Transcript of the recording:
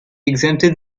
exempted